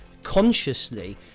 Consciously